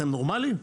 אתם נורמלים?